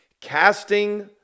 casting